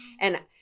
And-